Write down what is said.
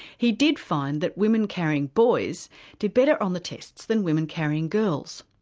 he did find that women carrying boys did better on the tests than women carrying girls.